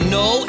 no